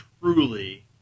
truly